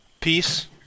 Peace